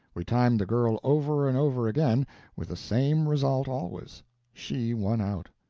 we timed the girl over and over again with the same result always she won out.